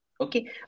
Okay